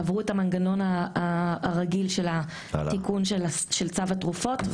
עברו את המנגנון הרגיל של התיקון של צו התרופות,